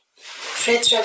Fred